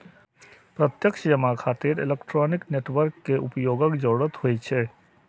प्रत्यक्ष जमा खातिर इलेक्ट्रॉनिक नेटवर्क के उपयोगक जरूरत होइ छै